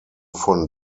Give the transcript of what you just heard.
von